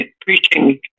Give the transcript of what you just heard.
preaching